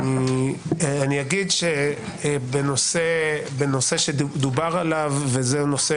אני אגיד שבנושא שדובר עליו, וזה נושא